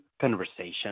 conversation